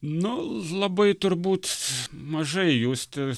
nu labai turbūt mažai justi